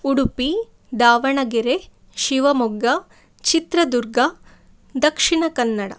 Udupi Davanagere Shivamogga Chitradurga Dakshina Kannada